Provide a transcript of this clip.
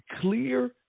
clear